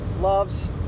loves